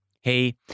Hey